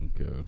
Okay